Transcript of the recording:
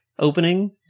opening